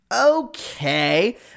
okay